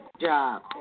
job